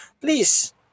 please